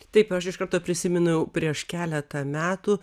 taip aš iš karto prisimenu prieš keletą metų